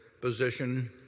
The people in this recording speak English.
position